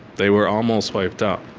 they were almost wiped out.